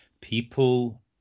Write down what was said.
people